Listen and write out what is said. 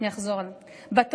היא